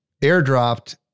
airdropped